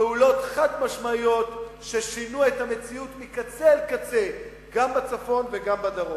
פעולות חד-משמעיות ששינו את המציאות מקצה אל קצה גם בצפון וגם בדרום.